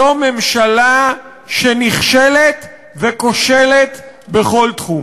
זו ממשלה שנכשלת וכושלת בכל תחום.